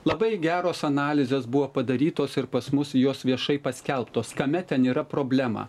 labai geros analizės buvo padarytos ir pas mus jos viešai paskelbtos kame ten yra problema